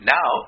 Now